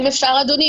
אפשר, אדוני?